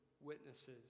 witnesses